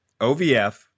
ovf